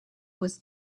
was